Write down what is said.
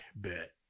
bit